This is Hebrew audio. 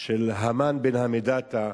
של המן בן המדתא,